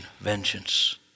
vengeance